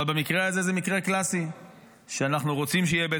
אבל המקרה הזה הוא מקרה קלאסי שאנחנו רוצים שיהיה בית